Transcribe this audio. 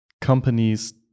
companies